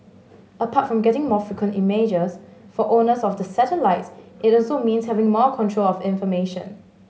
apart from getting more frequent images for owners of the satellites it also means having more control of information